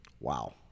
wow